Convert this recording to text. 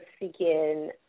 seeking